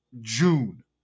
june